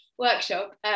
workshop